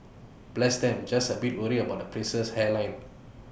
bless them just A bit worried about the prince's hairline